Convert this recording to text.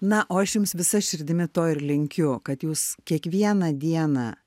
na o aš jums visa širdimi to ir linkiu kad jūs kiekvieną dieną